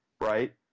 right